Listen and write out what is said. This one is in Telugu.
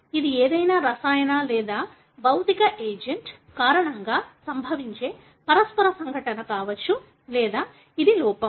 ఇది ఏదైనా రసాయన లేదా భౌతిక ఏజెంట్ కారణంగా సంభవించే పరస్పర సంఘటన కావచ్చు లేదా ఇది లోపం